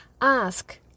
Ask